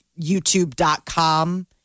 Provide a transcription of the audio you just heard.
YouTube.com